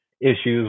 issues